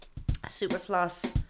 Superfloss